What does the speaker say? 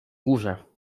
górze